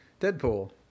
Deadpool